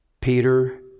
Peter